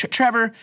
Trevor